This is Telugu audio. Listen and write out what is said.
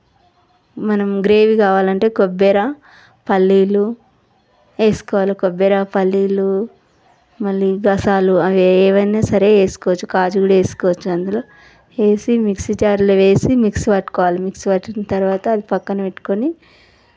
మనం గ్రేవీ కావాలంటే కొబ్బరి పల్లీలు వేసుకోవాలి కొబ్బరి పల్లీలు మళ్ళీ గసాల అవి ఏమైనా సరే వేసుకోవచ్చు కాజు కూడా వేసుకోవచ్చు అందులో వేసి మిక్సీ జారులో వేసి మిక్స్ పట్టుకొవాలి మిక్స్ పట్టిన తరువాత అది పక్కన పెట్టుకొని